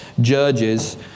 judges